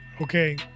okay